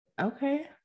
Okay